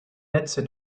netze